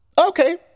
Okay